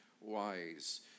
wise